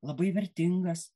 labai vertingas